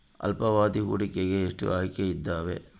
ಅಲ್ಪಾವಧಿ ಹೂಡಿಕೆಗೆ ಎಷ್ಟು ಆಯ್ಕೆ ಇದಾವೇ?